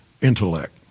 intellect